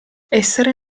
essere